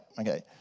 okay